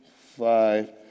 five